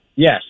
Yes